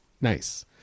Nice